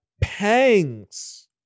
Pangs